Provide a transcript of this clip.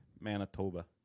Manitoba